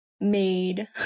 made